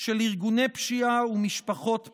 של ארגוני פשיעה ומשפחות פשע.